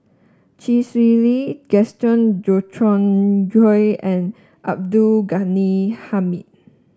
Chee Swee Lee Gaston Dutronquoy and Abdul Ghani Hamid